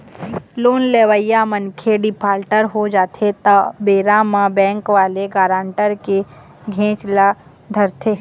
loan लेवइया मनखे defaulter हो जाथे त ओ बेरा म बेंक वाले ह गारंटर के घेंच ल धरथे